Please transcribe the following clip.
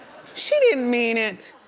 she didn't mean it.